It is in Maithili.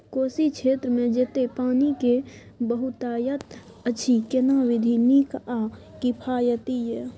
कोशी क्षेत्र मे जेतै पानी के बहूतायत अछि केना विधी नीक आ किफायती ये?